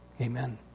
amen